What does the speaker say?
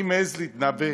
אני מעז להתנבא